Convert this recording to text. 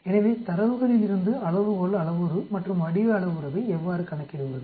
எனவே தரவுகளிலிருந்து அளவுகோல் அளவுரு மற்றும் வடிவ அளவுருவை எவ்வாறு கணக்கிடுவது